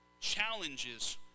challenges